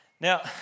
Now